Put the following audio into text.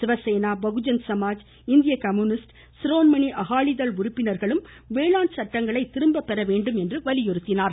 சிவசேனா பகுஜன் சமாஜ் இந்திய கம்யூனிஸ்ட சிரோன்மணி அகாலிதள் உறுப்பினர்களும் வேளான் சட்டங்களை திரும்பபெற வேண்டும் என்று வலியுறுத்தினர்